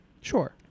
sure